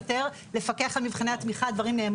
כדי לוודא שתלמידי ישראל בחינוך הממלכתי לומדים יהדות פלורליסטית.